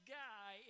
guy